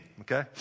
Okay